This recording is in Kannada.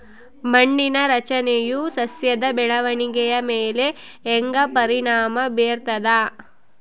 ಮಣ್ಣಿನ ರಚನೆಯು ಸಸ್ಯದ ಬೆಳವಣಿಗೆಯ ಮೇಲೆ ಹೆಂಗ ಪರಿಣಾಮ ಬೇರ್ತದ?